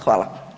Hvala.